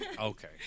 Okay